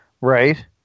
right